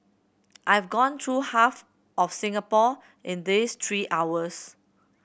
I've gone through half of Singapore in these three hours